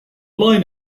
line